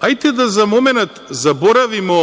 Hajde da za momenat zaboravimo